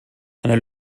eine